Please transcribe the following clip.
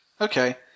Okay